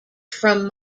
from